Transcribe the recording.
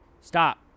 Stop